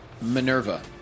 Minerva